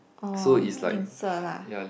oh 吝啬 lah